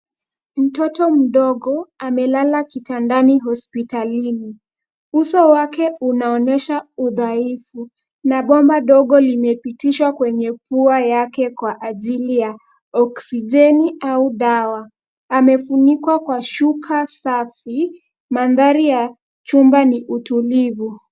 Mtoto mdogo amelala kitandani hospitalini. Uso wake unaonyesha udhaifu na bomba dogo limepitishwa kwenye pua yake kwa ajili ya oksijeni au dawa. Amefunikwa kwa shuka safi. Mandhari ya chumba ni utulivu.